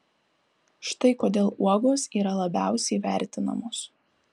štai kodėl uogos yra labiausiai vertinamos